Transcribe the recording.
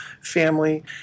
family